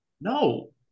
No